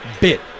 bit